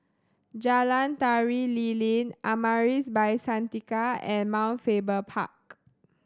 Jalan Tari Lilin Amaris By Santika and Mount Faber Park